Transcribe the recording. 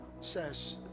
says